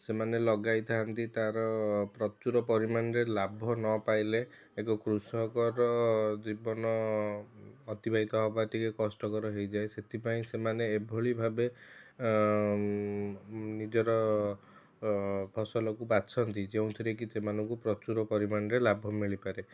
ସେମାନେ ଲଗାଇଥାନ୍ତି ତାର ପ୍ରଚୁର ପରିମାଣରେ ଲାଭ ନ ପାଇଲେ ଏକ କୃଷକର ଜୀବନ ଅତିବାହିତ ହବା ଟିକେ କଷ୍ଟକର ହେଇଯାଏ ସେଥିପାଇଁ ସେମାନେ ଏଭଳି ଭାବେ ନିଜର ଫସଲକୁ ବାଛନ୍ତି ଯେଉଁଥିରେ କି ସେମାନଙ୍କୁ ପ୍ରଚୁର ପରିମାଣରେ ଲାଭ ମିଳିପାରେ